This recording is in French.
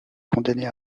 condamnés